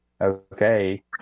okay